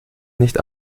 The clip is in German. nicht